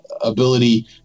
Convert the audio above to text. ability